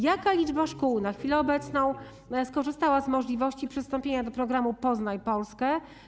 Jaka liczba szkół na chwilę obecną skorzystała z możliwości przystąpienia do programu „Poznaj Polskę”